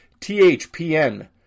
THPN